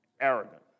arrogant